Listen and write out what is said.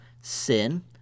sin